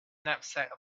knapsack